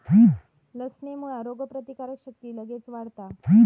लसणेमुळा रोगप्रतिकारक शक्ती लगेच वाढता